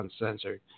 Uncensored